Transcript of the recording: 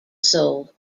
sold